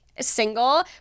single